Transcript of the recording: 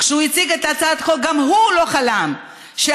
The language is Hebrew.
כשהוא הציג את הצעת החוק גם הוא לא חלם ש-4